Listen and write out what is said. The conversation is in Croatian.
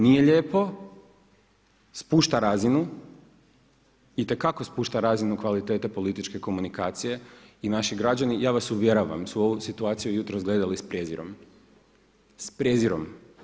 Nije lijepo, spušta razinu itekako spušta razinu kvalitete političke komunikacije i naši građani, ja vas uvjeravam, su ovu situaciju jutros gledali s prijezirom, s prijezirom.